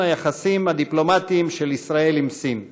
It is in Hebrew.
היחסים הדיפלומטיים של ישראל עם סין,